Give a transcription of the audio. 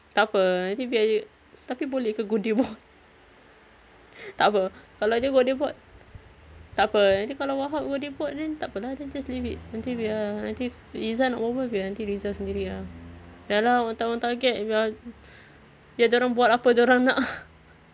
takpe nanti biar dia tapi boleh ke godeh board takpe kalau dia godeh board takpe nanti kalau wahab godeh board then takpe lah then just leave it nanti biar nanti rizal nak berbual biar nanti rizal sendiri ah ya lah own time own target biar biar dorang buat apa dorang nak